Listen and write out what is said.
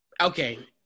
Okay